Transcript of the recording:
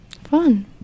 Fun